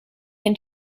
and